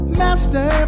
master